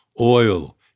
Oil